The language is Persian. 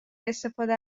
استفاده